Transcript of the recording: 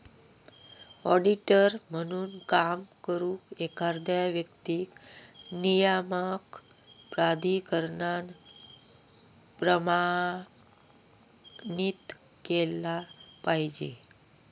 auditor म्हणून काम करुक, एखाद्या व्यक्तीक नियामक प्राधिकरणान प्रमाणित केला पाहिजे